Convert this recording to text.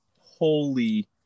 Holy